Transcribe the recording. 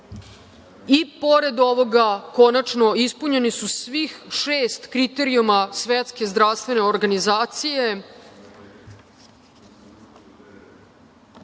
i pored ovoga, konačno ispunjeno je svih šest kriterijuma Svetske zdravstvene organizacije